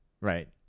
Right